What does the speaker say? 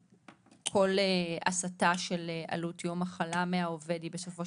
כל הסטה של עלות יום מחלה מהעובד היא בסופו